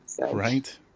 Right